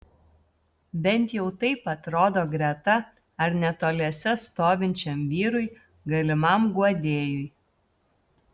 bent jau taip atrodo greta ar netoliese stovinčiam vyrui galimam guodėjui